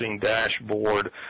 dashboard